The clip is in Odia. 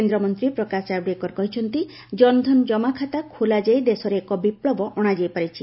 କେନ୍ଦ୍ରମନ୍ତ୍ରୀ ପ୍ରକାଶ ଜାବଡେକର କହିଛନ୍ତି ଜନଧନ ଜମାଖାତା ଖୋଲାଯାଇ ଦେଶରେ ଏକ ବିପ୍ଳବ ଅଣାଯାଇ ପାରିଛି